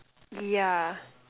yeah